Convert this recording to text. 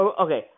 okay